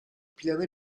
planı